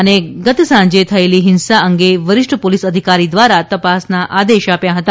અને ગત સાંજે થયેલી હિંસા અંગે વરિષ્ઠ પોલીસ અધિકારી દ્રારા તપાસના આદેશ આપ્યા હતા